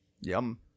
Yum